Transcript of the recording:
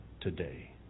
today